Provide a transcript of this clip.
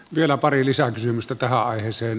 vielä pari lisäkysymystä tähän aiheeseen